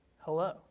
Hello